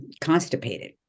constipated